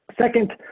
Second